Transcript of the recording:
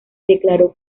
declaró